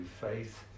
faith